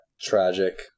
Tragic